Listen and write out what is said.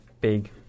big